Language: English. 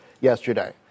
yesterday